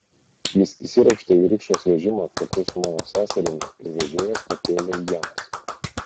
jis įsiropštė į rikšos vežimą kartu su mano seserimi ir vežėjas pakėlė ienas